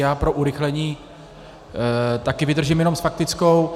Já pro urychlení také vydržím jenom s faktickou.